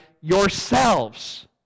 yourselves